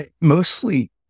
Mostly